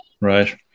Right